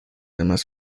demás